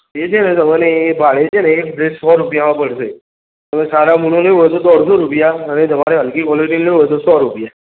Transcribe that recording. એ છે ને તમોને ડ્રેસ ભાડે સો રૂપિયામાં પડશે સારામાંનો લેવો હોય તો દોઢસો રૂપિયા અને તમારે હલ્કી ક્વૉલિટીમાં લેવો હોય તો સો રૂપિયા